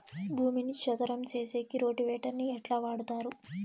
భూమిని చదరం సేసేకి రోటివేటర్ ని ఎట్లా వాడుతారు?